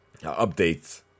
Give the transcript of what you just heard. updates